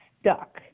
stuck